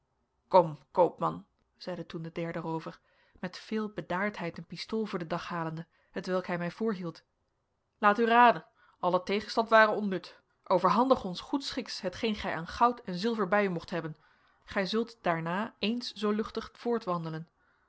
kom koopman zeide toen de derde roover met veel bedaardheid een pistool voor den dag halende hetwelk hij mij voorhield laat u raden alle tegenstand ware onnut overhandig ons goedschiks hetgeen gij aan goud en zilver bij u mocht hebben gij zult daarna eens zoo luchtig